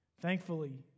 Thankfully